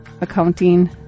accounting